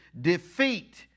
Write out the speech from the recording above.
defeat